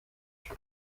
yacu